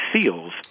SEALs